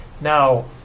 Now